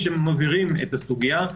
שמבהירים את הסוגיה,